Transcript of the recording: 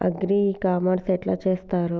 Agri e commerce ఎట్ల చేస్తరు?